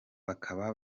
bakaba